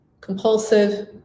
compulsive